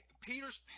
Peter's